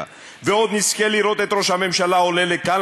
ועוד נזכה לראות את ראש הממשלה עולה לכאן,